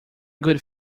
good